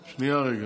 שנייה, רגע.